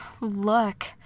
Look